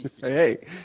Hey